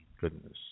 goodness